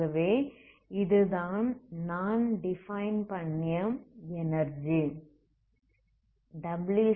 ஆகவே இதுதான் நான் டிஃபைன் பண்ணிய எனர்ஜி